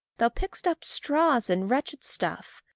thou pick'st up straws and wretched stuff,